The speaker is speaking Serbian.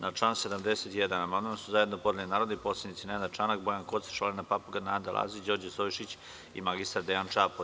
Na član 71. amandman su zajedno podneli narodni poslanici Nenad Čanak, Bojan Kostreš, Olena Papuga, Nada Lazić, Đorđe Stojšić i mr Dejan Čapo.